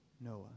Noah